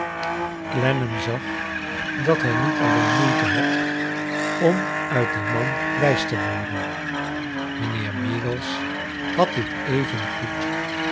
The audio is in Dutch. clennam zag dat hij niet alleen moeite had om uit dien man wijs te worden mijnheer meagles had dit